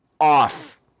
off